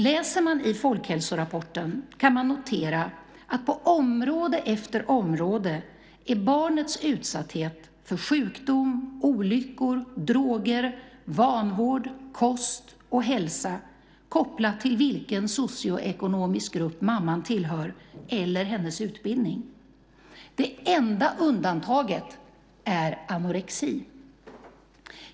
Läser man i folkhälsorapporten kan man notera att på område efter område - sjukdom, olyckor, droger, vanvård, kost och hälsa - är barnets utsatthet kopplad till vilken socioekonomisk grupp mamman tillhör eller hennes utbildning. Det enda undantaget är anorexi.